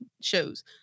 shows